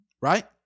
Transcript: Right